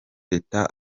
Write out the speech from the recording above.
tete